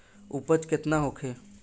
उपज केतना होखे?